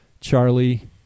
Charlie